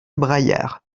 braillard